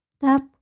tap